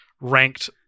ranked